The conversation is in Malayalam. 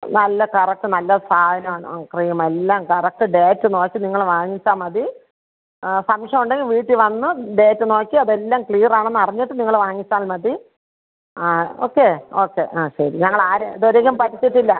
നല്ല കറക്റ്റ് നല്ല സാധനമാണ് ആ ക്രീം എല്ലാം കറക്റ്റ് ഡേറ്റ് നോക്കി നിങ്ങൾ വാങ്ങിച്ചാൽ മതി ഫംഗ്ഷൻ ഉണ്ടെങ്കിൽ വീട്ടിൽ വന്ന് ഡേറ്റ് നോക്കി അതെല്ലാം ക്ലിയർ ആണെന്ന് അറിഞ്ഞിട്ട് നിങ്ങൾ വാങ്ങിച്ചാൽ മതി ആ ഓക്കെ ഓക്കെ ആ ശരി ഞങ്ങൾ ആരെയും ഇത് വരെയും പറ്റിച്ചിട്ടില്ല